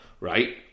right